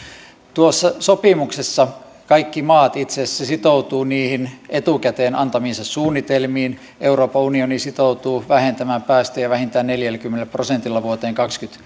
tuossa sopimuksessa kaikki maat itse asiassa sitoutuvat niihin etukäteen antamiinsa suunnitelmiin euroopan unioni sitoutuu vähentämään päästöjä vähintään neljälläkymmenellä prosentilla vuoteen kaksituhattakolmekymmentä